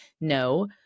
No